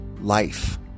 life